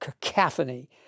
cacophony